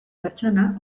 pertsona